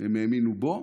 הם האמינו בו,